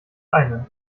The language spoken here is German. eine